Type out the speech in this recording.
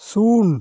ᱥᱩᱱ